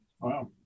wow